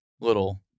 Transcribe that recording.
little